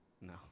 No